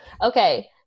okay